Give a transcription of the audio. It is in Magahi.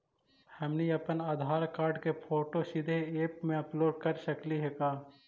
हमनी अप्पन आधार कार्ड के फोटो सीधे ऐप में अपलोड कर सकली हे का?